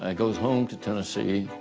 ah goes home to tennessee,